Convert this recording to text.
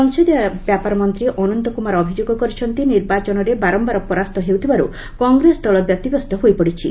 ସଂସଦୀୟ ବ୍ୟାପାର ମନ୍ତ୍ରୀ ଅନନ୍ତ କୁମାର ଅଭିଯୋଗ କରିଛନ୍ତି ନିର୍ବାଚନରେ ବାରମ୍ଘାର ପରାସ୍ତ ହେଉଥିବାରୁ କଂଗ୍ରେସ ଦଳ ବ୍ୟତିବ୍ୟସ୍ତ ହୋଇପଡ଼ିଛି